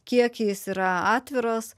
kiek jis yra atviras